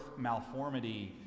malformity